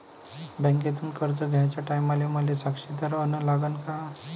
बँकेतून कर्ज घ्याचे टायमाले मले साक्षीदार अन लागन का?